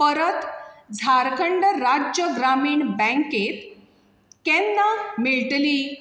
परत झारखंड राज्य ग्रामीण बॅकेत केन्ना मेळटली